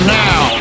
now